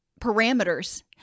parameters